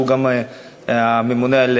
שהוא גם הממונה על